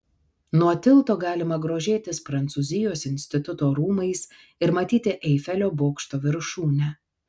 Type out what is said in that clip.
nuo tilto galima grožėtis prancūzijos instituto rūmais ir matyti eifelio bokšto viršūnę